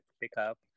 pickup